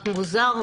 רק מוזר.